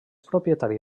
propietari